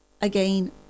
again